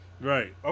Right